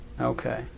Okay